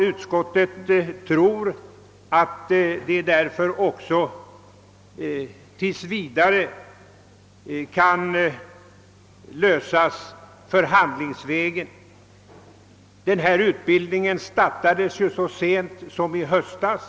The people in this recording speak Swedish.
Utskottet tror att sådana frågor tills vidare kan tas upp förhandlingsvägen. Denna typ av utbildning startade som bekant så sent som i höstas.